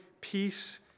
peace